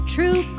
True